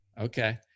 Okay